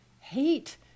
Hate